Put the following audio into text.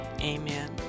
Amen